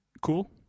cool